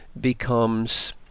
becomes